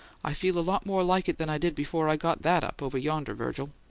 i feel a lot more like it than i did before i got that up, over yonder, virgil!